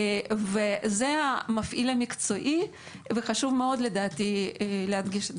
זה המפעיל המקצועי וחשוב מאוד לדעתי להדגיש את זה.